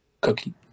Cookie